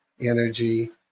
energy